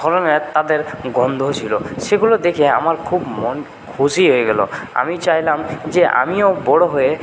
ধরনের তাদের গন্ধও ছিল সেগুলো দেখে আমার খুব মন খুশি হয়ে গেল আমি চাইলাম যে আমিও বড় হয়ে